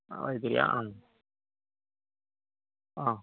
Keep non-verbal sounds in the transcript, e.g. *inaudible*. ആ *unintelligible* ആ